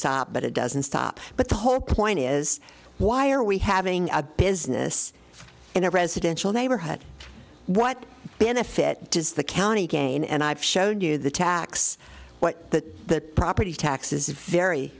stop but it doesn't stop but the whole point is why are we having a business in a residential neighborhood what benefit does the county gain and i've shown you the tax what that property tax is very